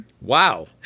Wow